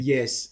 Yes